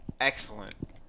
Excellent